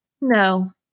No